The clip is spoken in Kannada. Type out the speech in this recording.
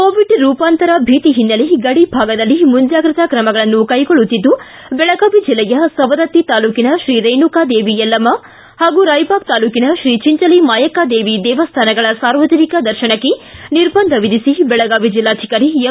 ಕೋವಿಡ್ ರೂಪಾಂತರ ಭೀತಿ ಹಿನ್ನಲೆ ಗಡಿ ಭಾಗದಲ್ಲಿ ಮುಂಚಾಗೃತಾ ತ್ರಮಗಳನ್ನು ಕೈಗೊಳ್ಳುತ್ತಿದ್ದು ಬೆಳಗಾವಿ ಜಲ್ಲೆಯ ಸವದತ್ತಿ ತಾಲೂಕಿನ ಶ್ರೀ ರೇಣುಕಾ ದೇವಿ ಯಲ್ಲಮ್ಮ ಹಾಗೂ ರಾಯಬಾಗ ತಾಲೂಕಿನ ಶ್ರೀ ಚಂಚಲಿ ಮಾಯಕ್ಕ ದೇವಿ ದೇವಸ್ಥಾನಗಳ ಸಾರ್ವಜನಿಕ ದರ್ಶನಕ್ಕೆ ನಿರ್ಬಂಧ ವಿಧಿಸಿ ಬೆಳಗಾವಿ ಜೆಲ್ಲಾಧಿಕಾರಿ ಎಂ